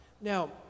Now